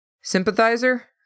Sympathizer